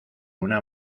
una